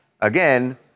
again